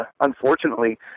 unfortunately